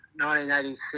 1986